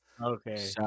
Okay